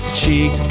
cheek